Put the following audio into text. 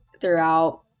throughout